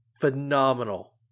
phenomenal